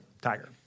tiger